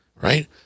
right